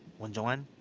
won jung-hwan,